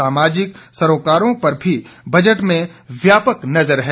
सामाजिक सरोकारों पर भी बजट में व्यापक नजर है